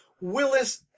Willis